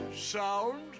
sound